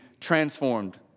transformed